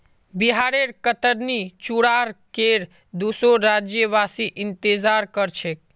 बिहारेर कतरनी चूड़ार केर दुसोर राज्यवासी इंतजार कर छेक